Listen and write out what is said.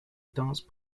dance